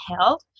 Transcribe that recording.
Health